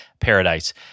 paradise